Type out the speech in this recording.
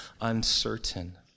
uncertain